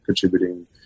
contributing